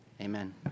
Amen